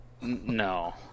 No